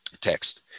text